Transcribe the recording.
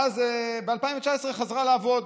ואז ב-2019 חזרה לעבוד.